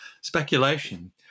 speculation